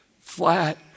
flat